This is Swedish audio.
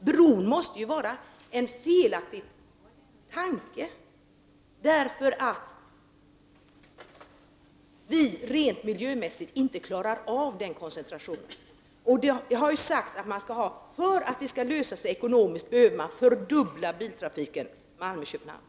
Bron måste ju vara en felaktig tanke, därför att vi rent miljömässigt inte klarar av den trafikkoncentration som blir följden av en bro. Det har ju sagts att det behövs en fördubbling av biltrafiken på sträckan Malmö-Köpenhamn för att en Öresundsbro skall gå ihop ekonomiskt.